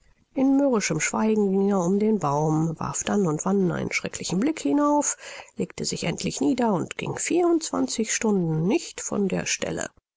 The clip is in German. in mürrischem schweigen ging er um den baum warf dann und wann einen schrecklichen blick hinauf legte sich endlich nieder und ging vierundzwanzig stunden nicht von der stelle